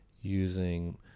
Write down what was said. using